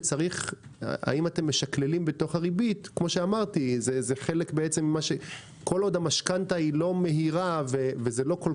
האם אתם משקלים בריבית כל עוד המשכנתא לא מהירה ולא כל